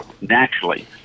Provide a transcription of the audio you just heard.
naturally